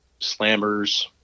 slammers